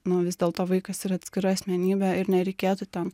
nu vis dėlto vaikas yra atskira asmenybė ir nereikėtų ten